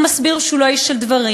הוא מסביר שהוא לא איש של דברים,